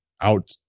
out